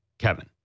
Kevin